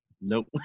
nope